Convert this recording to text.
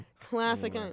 classic